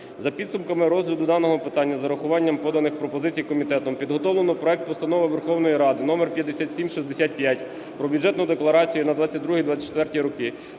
За підсумками розгляду даного питання, з урахуванням поданих пропозицій комітетом підготовлено проект Постанови Верховної Ради № 5765 про Бюджетну декларацію на 2022-2024 роки.